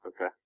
Okay